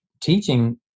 teaching